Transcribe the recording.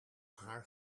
haar